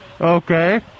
Okay